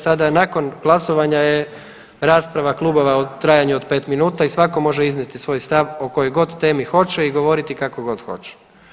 Sada nakon glasovanja je rasprava klubova u trajanju od 5 minuta i svako može iznijeti svoj stav o kojoj god temi hoće i govoriti kako god hoće.